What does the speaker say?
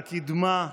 הקדמה,